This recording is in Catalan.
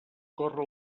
corre